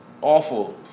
awful